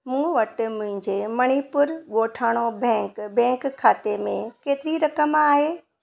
मूं वटि मुंहिंजे मणिपुर ॻोठाणो बैंक बैंक खाते में केतिरी रक़म आहे